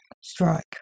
strike